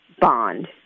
bond